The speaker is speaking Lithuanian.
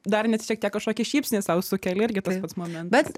dar net šiek tiek kažkokį šypsnį sau sukeli irgi tas pats momentas